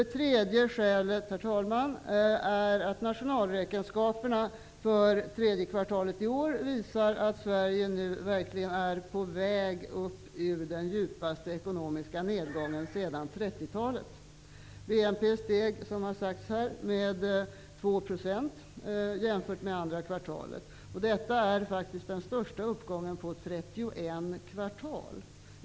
Det tredje skälet är att nationalräkenskaperna för tredje kvartalet i år visar att Sverige nu verkligen är på väg upp ur den djupaste ekonomiska nedgången sedan 1930-talet. BNP steg, som har sagts här, med 2 % jämfört med andra kvartalet. Detta är faktiskt den största uppgången på 31 kvartal.